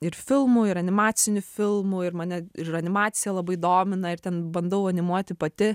ir filmų ir animacinių filmų ir mane ir animacija labai domina ir ten bandau animuoti pati